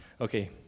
okay